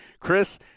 Chris